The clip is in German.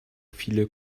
viele